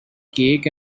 cake